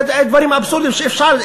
אלה דברים אבסורדיים שאפשר,